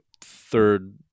third